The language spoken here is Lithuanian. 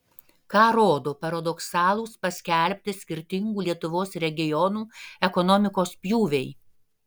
ką rodo paradoksalūs paskelbti skirtingų lietuvos regionų ekonomikos pjūviai